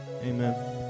Amen